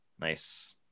Nice